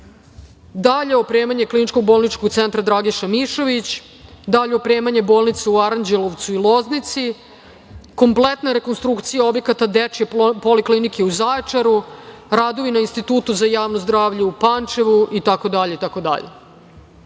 dalje opremanje KBC „Dragiša Mišović“, dalje opremanje bolnice u Aranđelovcu i Loznici. Kompletna rekonstrukcija objekata Dečije poliklinike u Zaječaru, radovi na Institutu za javno zdravlje u Pančevu, itd. Što